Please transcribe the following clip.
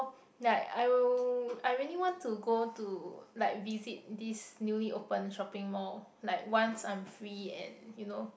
like I'll I really want to go to like visit this newly open shopping mall like once I'm free and you know